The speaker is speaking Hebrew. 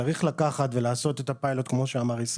צריך לקחת ולעשות את הפיילוט כמו שאמר ישראל: